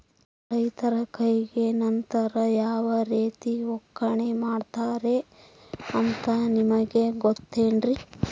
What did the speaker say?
ರೈತರ ಕೈಗೆ ನಂತರ ಯಾವ ರೇತಿ ಒಕ್ಕಣೆ ಮಾಡ್ತಾರೆ ಅಂತ ನಿಮಗೆ ಗೊತ್ತೇನ್ರಿ?